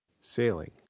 sailing